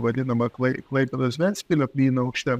vadinama klai klaipėdos ventspilio plynaukšte